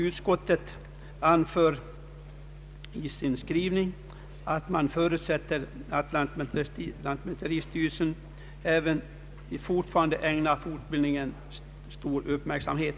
Utskottet förutsätter i sin skrivning att lantmäteristyrelsen även framdeles ägnar fortbildningsfrågorna stor uppmärksamhet.